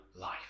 life